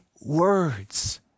words